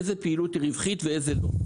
איזו פעילות היא רווחית ואיזו לא.